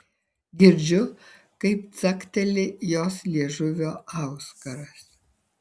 girdžiu kaip cakteli jos liežuvio auskaras